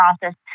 process